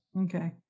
okay